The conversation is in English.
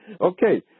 Okay